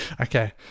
Okay